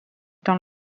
dans